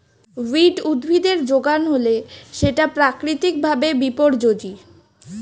weed উদ্ভিদের যোগান হলে সেটা প্রাকৃতিক ভাবে বিপর্যোজী